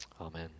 Amen